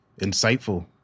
insightful